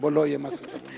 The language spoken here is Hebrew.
שבו לא יהיה מס עיזבון.